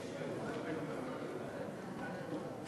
אדוני היושב בראש,